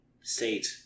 state